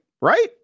Right